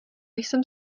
jsem